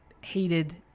hated